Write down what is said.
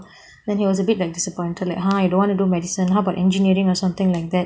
then he was a bit like disappointed like !huh! you don't want to do medicine how about engineering or something like that